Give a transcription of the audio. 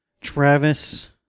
Travis